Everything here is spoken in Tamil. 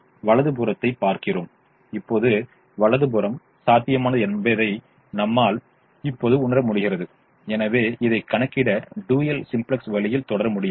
நாம் வலது புறத்தைப் பார்க்கிறோம் இப்போது வலது புறம் சாத்தியமானது என்பதை நம்மால் இப்போது உணர முடிகிறது எனவே இதை கணக்கிட டூயல் சிம்ப்ளக்ஸ் வழியில் தொடர முடியாது